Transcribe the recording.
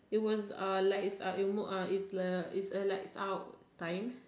it was uh lights out remote uh it's a it's a lights out time